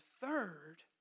third